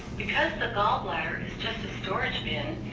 because the gallbladder is just a storage bin,